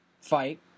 fight